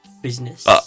Business